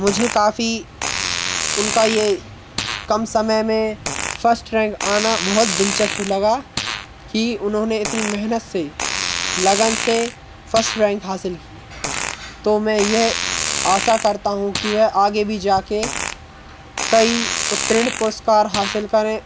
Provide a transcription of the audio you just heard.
मुझे काफी उनका ये कम समय में फर्स्ट रैंक आना बहुत दिलचस्प लगा की उन्होंने इतनी मेहनत से लगन से फर्स्ट रैंक हासिल की तो मैं यह आशा करता हूँ कि वह आगे भी जाकर कई उत्तीर्ण पुरस्कार हासिल करें